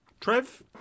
Trev